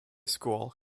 school